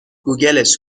گوگلش